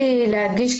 אנחנו לרשותך.